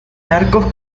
arcos